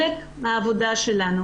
כשאני הולכת לרופא שיניים,